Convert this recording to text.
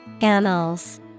Annals